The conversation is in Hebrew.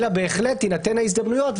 אלא בהחלט תינתן ההזדמנות,